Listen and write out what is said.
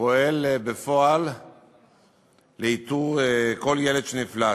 פועל בפועל לאיתור כל ילד שנפלט,